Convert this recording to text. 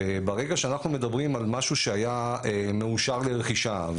אנחנו מדברים על משהו שהיה מאושר לרכישה,